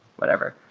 whatever.